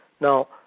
Now